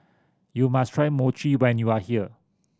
you must try Mochi when you are here